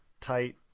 tight